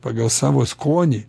pagal savo skonį